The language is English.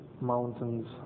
mountains